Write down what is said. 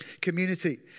community